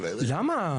למה?